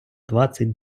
двадцять